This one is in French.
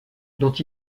dont